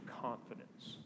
confidence